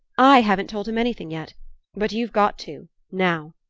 i haven't told him anything yet but you've got to now.